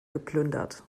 geplündert